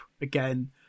again